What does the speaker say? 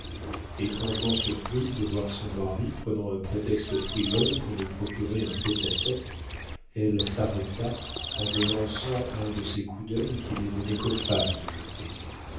étrangement surprise de voir son mari prenant un prétexte frivole pour nous procurer un tête à tête elle s'arrêta en me lançant un de ces coups d'œil qu'il n'est donné qu'aux femmes de jeter